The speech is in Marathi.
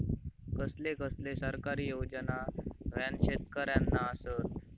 कसले कसले सरकारी योजना न्हान शेतकऱ्यांना आसत?